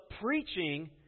preaching